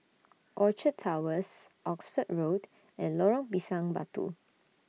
Orchard Towers Oxford Road and Lorong Pisang Batu